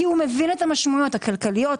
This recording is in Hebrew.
כי הוא מבין את המשמעויות הכלכליות,